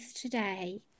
today